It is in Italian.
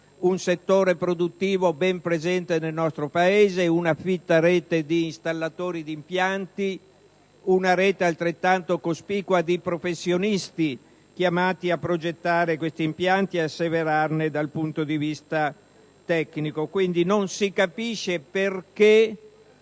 un settore produttivo ben presente nel nostro Paese, una fitta rete di installatori di impianti, una rete altrettanto cospicua di professionisti chiamati a progettare questi impianti e ad asseverarli dal punto di vista tecnico. Non si capisce,